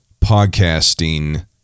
podcasting